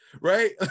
right